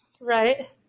Right